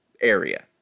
area